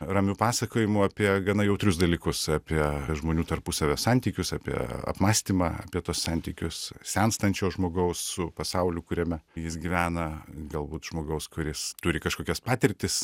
ramiu pasakojimu apie gana jautrius dalykus apie žmonių tarpusavio santykius apie apmąstymą apie tuos santykius senstančio žmogaus su pasauliu kuriame jis gyvena galbūt žmogaus kuris turi kažkokias patirtis